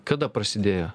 kada prasidėjo